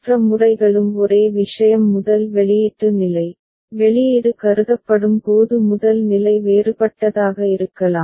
மற்ற முறைகளும் ஒரே விஷயம் முதல் வெளியீட்டு நிலை வெளியீடு கருதப்படும் போது முதல் நிலை வேறுபட்டதாக இருக்கலாம்